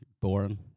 boring